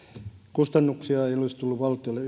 kustannuksia ei olisi tullut valtiolle